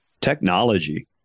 technology